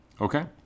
Okay